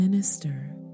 Minister